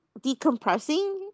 decompressing